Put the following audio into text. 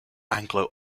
anglo